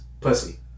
pussy